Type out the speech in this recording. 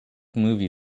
movie